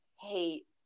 hate